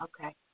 Okay